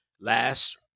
last